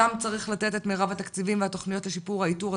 שם צריך לתת את מירב התקציבים והתוכניות לשיפור האיתור,